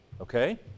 Okay